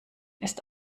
ist